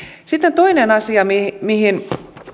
sitten toinen asia mihin mihin